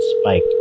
Spike